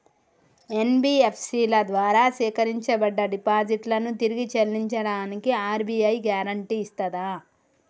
NBFC ల ద్వారా సేకరించబడ్డ డిపాజిట్లను తిరిగి చెల్లించడానికి ఆర్.బి.ఐ గ్యారెంటీ ఇస్తదా?